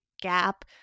gap